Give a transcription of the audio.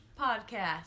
podcast